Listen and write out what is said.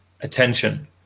attention